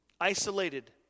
isolated